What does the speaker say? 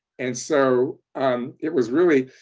and so um it was really